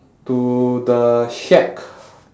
to the shack